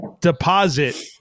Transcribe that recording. deposit